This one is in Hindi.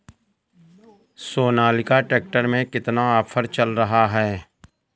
सोनालिका ट्रैक्टर में कितना ऑफर चल रहा है?